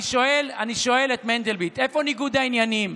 אני שואל את מנדלבליט: איפה ניגוד העניינים?